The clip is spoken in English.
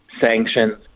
sanctions